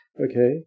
Okay